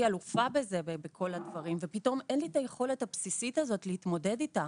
אלופה בזה אבל פתאום אין לי את היכולת הבסיסית הזאת להתמודד איתה.